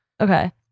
okay